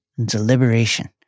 deliberation